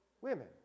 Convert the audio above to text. Women